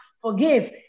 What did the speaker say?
forgive